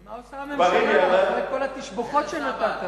אז מה עושה הממשלה אחרי כל התשבחות שנתת לה?